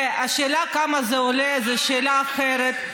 השאלה כמה זה עולה זו שאלה אחרת.